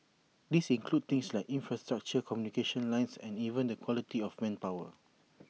these include things like infrastructure communication lines and even the quality of manpower